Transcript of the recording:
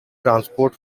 transport